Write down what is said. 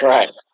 Right